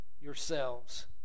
yourselves